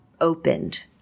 opened